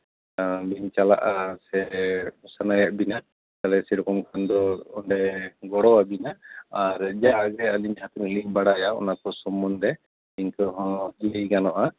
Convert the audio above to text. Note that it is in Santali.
ᱵᱮᱱ ᱪᱟᱞᱟᱜᱼᱟ ᱥᱮ ᱪᱟᱞᱟᱜ ᱥᱟᱱᱟᱭᱮᱫ ᱵᱮᱱᱟ ᱛᱟᱞᱦᱮ ᱥᱮᱨᱚᱠᱚᱢ ᱠᱷᱟᱱ ᱫᱚ ᱚᱸᱰᱮ ᱜᱚᱲᱚᱣᱟᱵᱤᱱᱟ ᱟᱨ ᱡᱟᱜᱮ ᱟᱹᱞᱤᱧ ᱡᱟᱦᱟᱸ ᱛᱤᱱᱟᱹᱜ ᱞᱤᱧ ᱵᱟᱲᱟᱭᱟ ᱚᱱᱟᱠᱚ ᱥᱚᱢᱵᱚᱱᱫᱷᱮ ᱤᱱᱠᱟᱹ ᱦᱚᱸ ᱞᱟᱹᱭ ᱜᱟᱱᱚᱜᱼᱟ